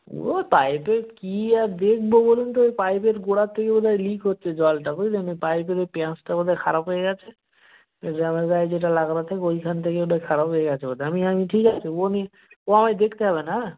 ওর পাইপে কী আর দেখব বলুন তো ওর পাইপের গোড়ার থেকে বোধহয় লিক হচ্ছে জলটা বুঝলেন ওই পাইপের ওই প্যাঁচটা বোধহয় খারাপ হয় গেছে জ্যামের গায়ে যেটা লাগানো থাকে ওইখান থেকে ওইটা খারাপ হয় গেছে বোধহয় আমি আমি ঠিক আছে ও নি ও আমি দেখতে হবে না হ্যাঁ